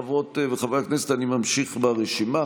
חברות וחברי הכנסת, אני ממשיך ברשימה.